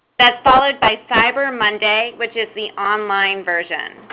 that's followed by cyber monday which is the online version.